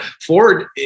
Ford